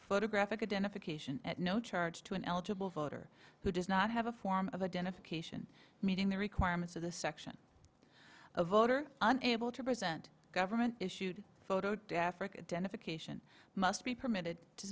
photographic identification at no charge to an eligible voter who does not have a form of identification meeting the requirements of this section a voter unable to present a government issued photo deficit and if occasion must be permitted to